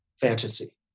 fantasy